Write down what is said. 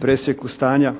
presjeku stanja